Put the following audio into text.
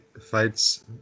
fights